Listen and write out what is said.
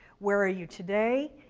where are you today,